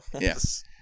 Yes